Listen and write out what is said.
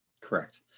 Correct